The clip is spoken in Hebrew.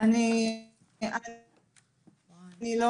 אני לא